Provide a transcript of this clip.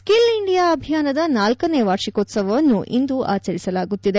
skill India ಅಭಿಯಾನದ ನಾಲ್ಲನೇ ವಾರ್ಷಿಕೋತ್ತವವನ್ನು ಇಂದು ಆಚರಿಸಲಾಗುತ್ತಿದೆ